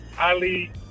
Ali